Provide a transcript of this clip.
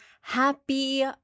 Happy